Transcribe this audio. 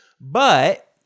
But-